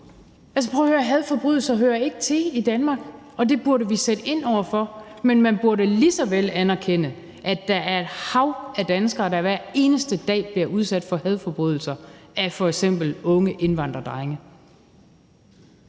hadforbrydelser hører ikke til i Danmark, og det burde vi sætte ind over for. Men man burde lige så vel anerkende, at der er et hav af danskere, der hver eneste dag bliver udsat for hadforbrydelser af f.eks. unge indvandrerdrenge.